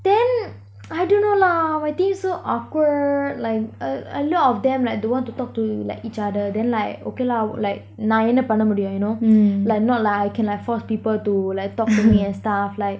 then I dunno lah my team so awkward like uh a lot of them like don't want to talk to like each other then like okay lah would like நான் என்ன பண்ண முடியும்:naan enna panna mudiyum you know like not like I can like force people to like talk to me and stuff like